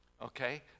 okay